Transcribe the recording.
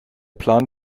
plan